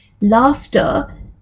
laughter